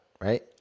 right